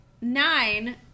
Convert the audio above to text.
nine